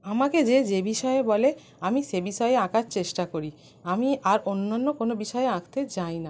আমাকে যে যে বিষয়ে বলে আমি সে বিষয়ে আঁকার চেষ্টা করি আমি আর অন্যান্য কোনো বিষয়ে আঁকতে যাই না